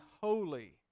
holy